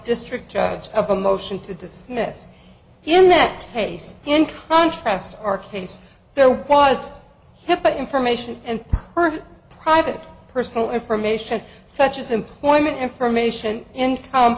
district judge of a motion to dismiss in that case in contrast our case there was hit but information and private personal information such as employment information